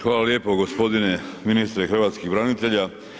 Hvala lijepo g. ministre hrvatskih branitelja.